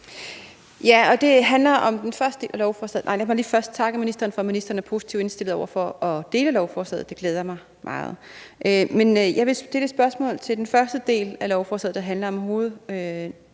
Jeg vil stille et spørgsmål til den første del af lovforslaget, der handler om